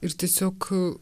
ir tiesiog